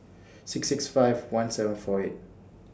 six six five one seven four eight